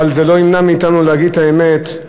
אבל זה לא ימנע מאתנו להגיד את האמת,